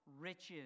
riches